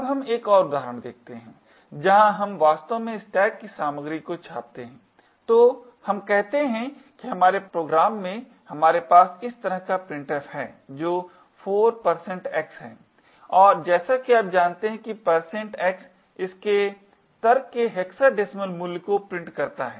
अब हम एक और उदाहरण देखते हैं जहां हम वास्तव में स्टैक की सामग्री को छापते हैं तो हम कहते हैं कि हमारे प्रोग्राम में हमारे पास इस तरह का printf है जो 4 x है और जैसा कि आप जानते हैं x इसके तर्क के हेक्साडेसिमल मूल्य को प्रिंट करता है